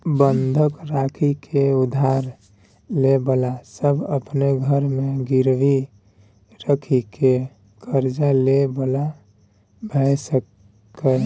बंधक राखि के उधार ले बला सब अपन घर के गिरवी राखि के कर्जा ले बला भेय सकेए